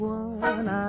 one